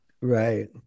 Right